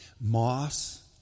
moss